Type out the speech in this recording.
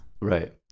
right